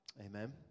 Amen